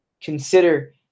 consider